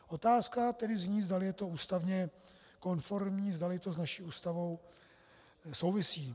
Otázka tedy zní, zdali je to ústavně konformní, zdali to s naší Ústavou souvisí.